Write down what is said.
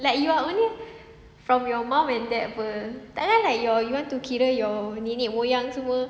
like you are only from your mum and dad [pe] tak kan like you want to kira your nenek moyang semua